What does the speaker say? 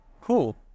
Cool